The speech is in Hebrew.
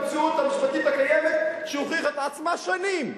אני נגד שינוי המציאות המשפטית הקיימת שהוכיחה את עצמה שנים.